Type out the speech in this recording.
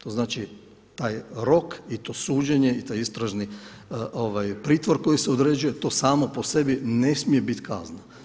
To znači taj rok i to suđenje i taj istražni pritvor koji se određuje, to samo po sebi ne smije biti kazna.